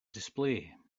display